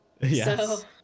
Yes